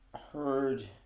heard